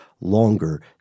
longer